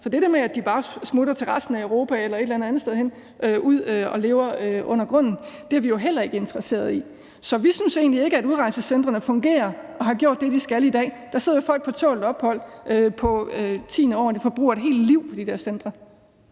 Så det der med, at de bare smutter ud i resten af Europa eller et eller andet andet sted hen og lever under jorden, er vi heller ikke interesserede i. Så vi synes egentlig ikke, at udrejsecentrene i dag fungerer og har gjort det, de skal. Der sidder jo folk på tålt ophold på tiende år, og de bruger hele deres liv på de der centre.